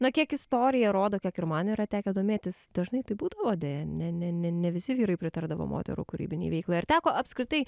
na kiek istorija rodo kiek ir man yra tekę domėtis dažnai tai būdavo deja ne ne ne visi vyrai pritardavo moterų kūrybinei veiklai ar teko apskritai